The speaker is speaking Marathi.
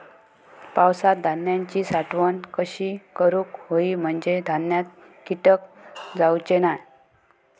पावसात धान्यांची साठवण कशी करूक होई म्हंजे धान्यात कीटक जाउचे नाय?